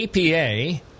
APA